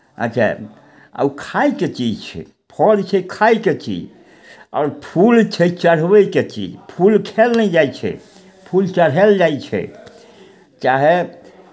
अच्छा आ ओ खायके चीज छै फड़ छै खायके चीज आओर फूल छै चढ़बयके चीज फूल खायल नहि जाइ छै फूल चढ़ायल जाइ छै चाहे